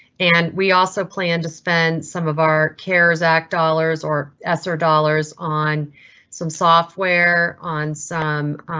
and we also plan to spend some of our care zach dollars or. essar dollars on some software on some